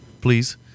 please